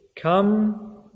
come